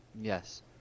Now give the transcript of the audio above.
yes